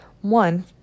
One